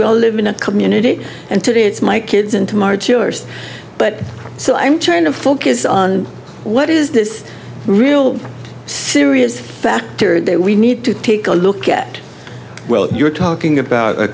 we all live in a community and today it's my kids into my but so i'm trying to focus on what is this real serious fact period that we need to take a look at well you're talking about